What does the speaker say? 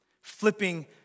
Flipping